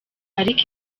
ariko